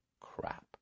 crap